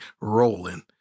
rolling